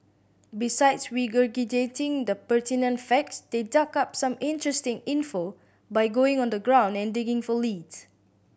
besides regurgitating the pertinent facts they dug up some interesting info by going on the ground and digging for leads